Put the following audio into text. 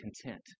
content